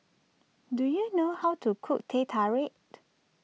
do you know how to cook Teh Tarik